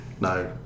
No